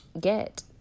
get